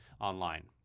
online